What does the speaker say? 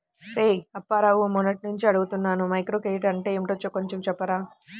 రేయ్ అప్పారావు, మొన్నట్నుంచి అడుగుతున్నాను మైక్రోక్రెడిట్ అంటే ఏంటో కొంచెం చెప్పురా